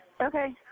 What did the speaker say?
Okay